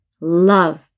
love